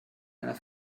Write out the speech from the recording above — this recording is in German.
einer